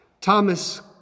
Thomas